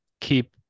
keep